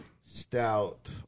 stout